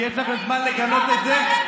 כי יש לכם זמן לגנות את זה.